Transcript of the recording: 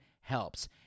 helps